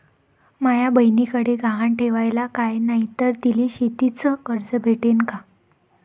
माया बयनीकडे गहान ठेवाला काय नाही तर तिले शेतीच कर्ज भेटन का?